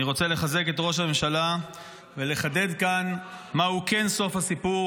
אני רוצה לחזק את ראש הממשלה ולחדד כאן מהו כן סוף הסיפור,